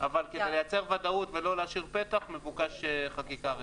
אבל כדי לייצר ודאות ולא להשאיר פתח מבוקשת חקיקה רטרואקטיבית.